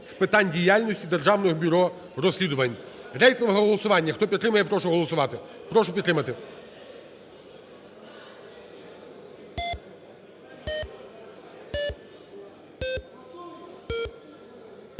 з питань діяльності Державного бюро розслідувань. Рейтингове голосування. Хто підтримує, прошу голосувати. Прошу підтримати.